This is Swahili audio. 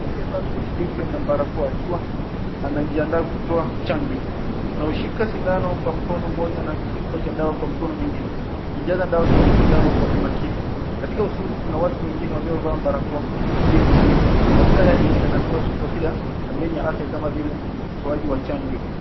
Alikuwa amevaa kujikinga na barakoa akiwa anajiandaa kutoa chanjo. Anaushika sindano kwa mkono mmoja na kichupa cha dawa kwa mkono mwingine. Akijaza dawa kwenye sindano kwa umakini. Katika usuli kuna watu wengine waliovaa mbarakoa wakisubiri huduma. Mazingira yanatoa taswira ya kambeni ya afya kama vile mtoaji wa chanjo.